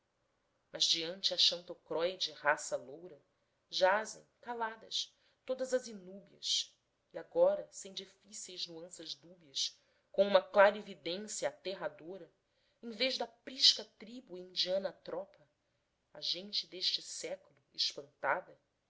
mas diante a xantocróide raça loura jazem caladas todas as inúbias e agora sem difíceis nuanças dúbias com uma clarividência aterradora em vez da prisca tribo e indiana tropa a gente deste século espantada